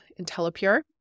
Intellipure